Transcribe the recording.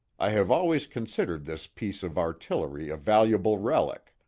i have always considered this piece of artillery a valuable relic,